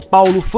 Paulo